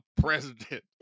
president